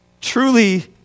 truly